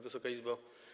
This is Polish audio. Wysoka Izbo!